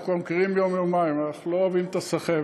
אנחנו כבר מכירים יום-יומיים ואנחנו לא אוהבים את הסחבת,